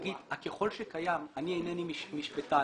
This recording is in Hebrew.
לגבי ה-ככל שקיים, אני אינני משפטן.